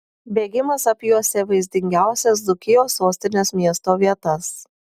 bėgimas apjuosė vaizdingiausias dzūkijos sostinės miesto vietas